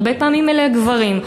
הרבה פעמים אלה הגברים,